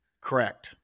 Correct